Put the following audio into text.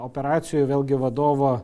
operacijų vėlgi vadovo